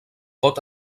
pot